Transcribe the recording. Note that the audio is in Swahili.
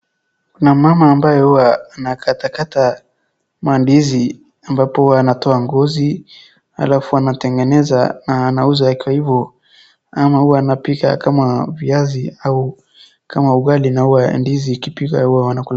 Kuna mama ambaye hua anakatakata mandizi, ambapo hua anatoa ngozi, alafu anatengeneza na anauza ikiwa hivo, ama hua anapika kama viazi au kama ugali, na hua ndizi ikipikwa hua wanakula.